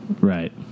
Right